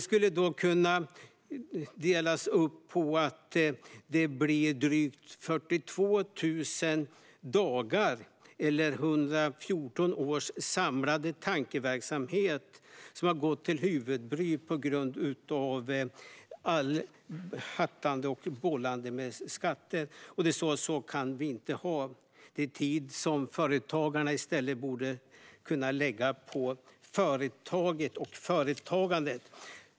Med lite enkel matematik kommer man fram till att drygt 42 000 dagar eller 114 års samlad tankeverksamhet har gått till huvudbry på grund av allt hattande och bollande med skatter. Så kan vi inte ha det. Det här är tid som företagarna i stället skulle ha kunnat lägga på företagen och företagandet.